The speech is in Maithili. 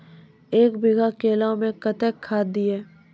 एक बीघा केला मैं कत्तेक खाद दिये?